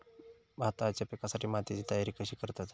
भाताच्या पिकासाठी मातीची तयारी कशी करतत?